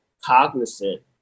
cognizant